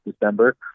December